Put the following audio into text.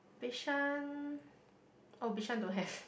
bishan oh bishan don't have